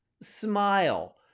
smile